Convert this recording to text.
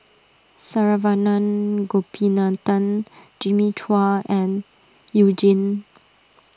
Saravanan Gopinathan Jimmy Chua and You Jin